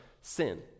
sin